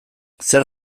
zer